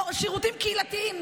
שירותים קהילתיים,